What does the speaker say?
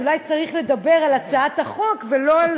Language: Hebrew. אז צריך לדבר על הצעת החוק ולא על